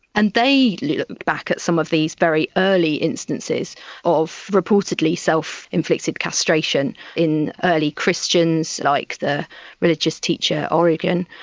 and they looked back at some of these very early instances of reportedly self-inflicted castration in early christians, like the religious teacher origen,